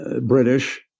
British